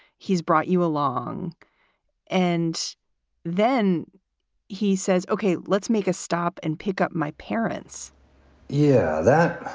he's brought you along and then he says, ok, let's make a stop and pick up my parents yeah, that.